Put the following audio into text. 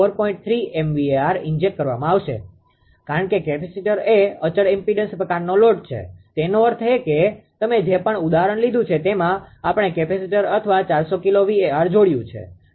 3 MVAr inject કરવામાં આવશે કારણ કે કેપેસિટર એ અચળ ઈમ્પીડન્સ પ્રકારનો લોડ છે તેનો અર્થ એ કે તમે જે પણ ઉદાહરણ લીધું છે તેમાં આપણે કેપેસિટર અથવા 400 કિલો VAr જોડ્યું છે